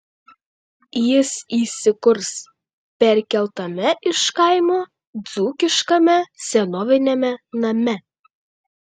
jis įsikurs perkeltame iš kaimo dzūkiškame senoviniame name